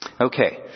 Okay